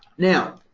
now,